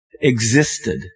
existed